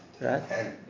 Right